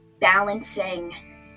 balancing